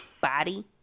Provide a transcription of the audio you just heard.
body